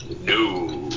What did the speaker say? no